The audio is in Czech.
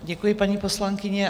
Děkuji, paní poslankyně.